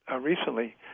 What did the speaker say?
recently